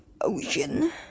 ocean